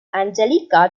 angelica